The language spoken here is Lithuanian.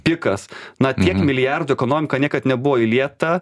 pikas na tiek milijardų į ekonomiką niekad nebuvo įlieta